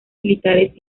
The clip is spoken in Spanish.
militares